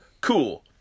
cool